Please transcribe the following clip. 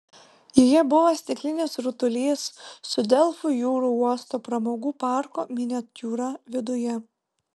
joje buvo stiklinis rutulys su delfų jūrų uosto pramogų parko miniatiūra viduje